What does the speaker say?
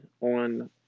on